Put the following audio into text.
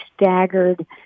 staggered